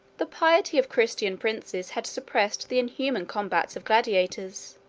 the piety of christian princes had suppressed the inhuman combats of gladiators